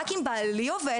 רק אם בעלי עובד,